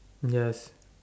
yes